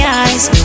eyes